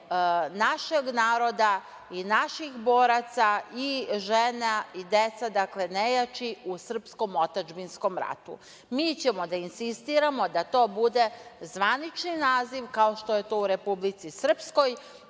našeg naroda, naših boraca, žene i deca, dakle nejači u srpskom otadžbinskom ratu. Mi ćemo da insistiramo da to bude zvanični naziv, kao što je to u Republici Srpskoj,